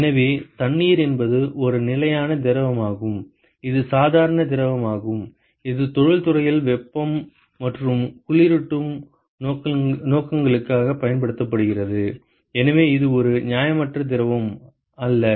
எனவே தண்ணீர் என்பது ஒரு நிலையான திரவமாகும் இது சாதாரண திரவமாகும் இது தொழில்துறையில் வெப்பம் மற்றும் குளிரூட்டும் நோக்கங்களுக்காக பயன்படுத்தப்படுகிறது எனவே இது ஒரு நியாயமற்ற திரவம் அல்ல